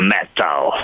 Metal